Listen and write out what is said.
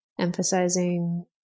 emphasizing